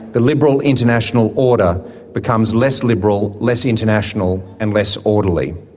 the liberal international order becomes less liberal, less international and less orderly.